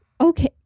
Okay